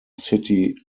city